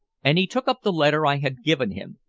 and he took up the letter i had given him,